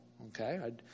Okay